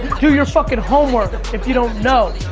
do your fuckin' homework if you don't know.